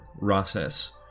process